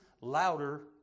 louder